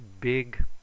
big